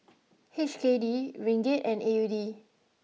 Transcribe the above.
H K D Ringgit and A U D